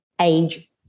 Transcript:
age